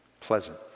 pleasant